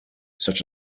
such